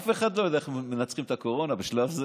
אף אחד לא יודע איך מנצחים את הקורונה בשלב זה.